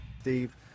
steve